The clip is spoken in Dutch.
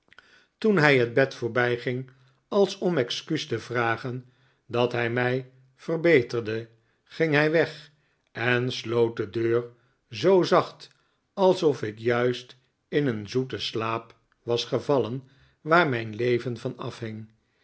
toen hij het bed voorbijging als om excuus te vragen dat hij mij verbeterde ging hij weg en sloot de deur zoo zacht alsof ik juist in een zoeten slaap was gevallen waar mijn leven van afhing